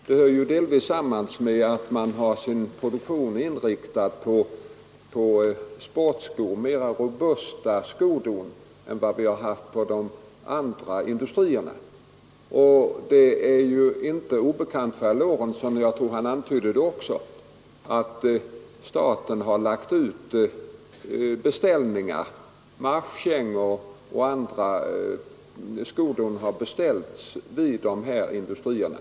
Det hör delvis samman med att man i Norrland har sin produktion inriktad på sportskor och andra mera robusta skodon än man har haft vid de andra industrierna. Det är ju inte obekant för herr Lorentzon — jag tror att han antydde det ocks att staten har lagt ut beställningar på marschkängor och andra skodon hos de här industrierna.